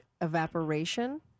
evaporation